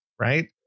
Right